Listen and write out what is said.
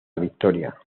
victoria